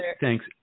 Thanks